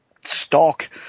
stock